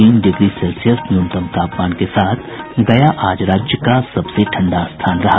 तीन degree Celsius न्यूनतम तापमान के साथ गया आज राज्य का सबसे ठंडा स्थान रहा